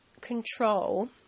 control